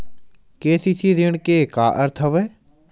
KCC ऋण के का अर्थ हवय?